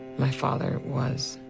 my father was.